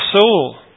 soul